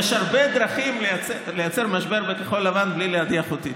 יש הרבה דרכים לייצר משבר בכחול לבן בלי להדיח אותי,